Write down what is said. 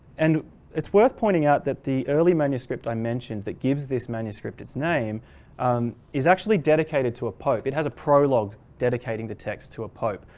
and it's worth pointing out that the early manuscript i mentioned that gives this manuscript its name um is actually dedicated to a pope. it has a prologue dedicating the text to a pope.